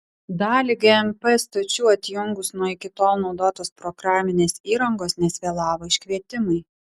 dalį gmp stočių atjungus nuo iki tol naudotos programinės įrangos nes vėlavo iškvietimai